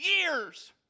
years